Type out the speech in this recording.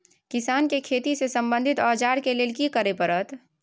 किसान के खेती से संबंधित औजार के लेल की करय परत?